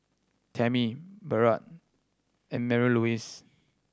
Tammy Barrett and Marylouise